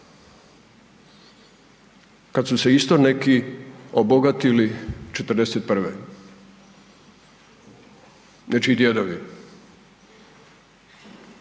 kad su se isto neki obogatili '41., nečiji djedovi.